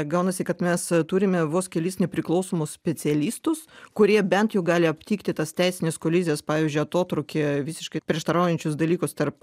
gaunasi kad mes turime vos kelis nepriklausomus specialistus kurie bent jau gali aptikti tas teisines kolizijas pavyzdžiui atotrūkyje visiškai prieštaraujančius dalykus tarp